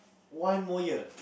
one more year